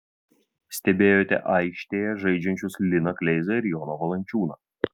stebėjote aikštėje žaidžiančius liną kleizą ir joną valančiūną